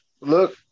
Look